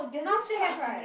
now still have right